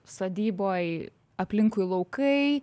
sodyboj aplinkui laukai